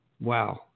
Wow